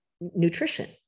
nutrition